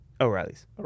O'Reilly's